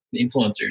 influencers